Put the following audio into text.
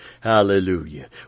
hallelujah